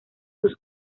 sus